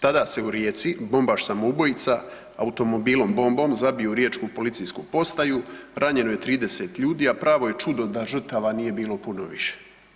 Tada se u Rijeci bombaš samoubojica automobilom bombom zabio u riječku policijsku postaju, ranjeno je 30 ljudi, a pravo je čudo da žrtava nije bilo puno više.